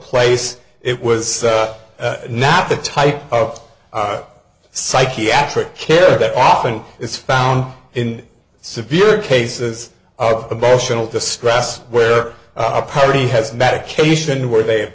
place it was not the type of psychiatric care that often is found in severe cases of emotional distress where a party has medication where they have